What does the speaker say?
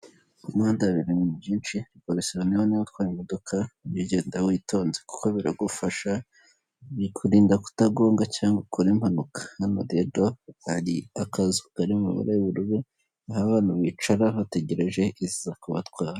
Mu muhanda habera ibintu byinshi biragusaba niba nawe utwara imodoka ujye ugenda witonze kuko biragufasha bikurinda kutagonga cyangwa ukore impanuka, hano rero hari akazu kari mu mababara y'ururu aho abantu bicara bategereje iziza kubatwara.